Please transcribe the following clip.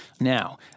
Now